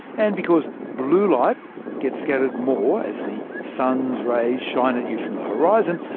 and because blue light gets scattered more, as the sun's rays shine at you from the horizon,